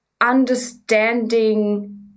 understanding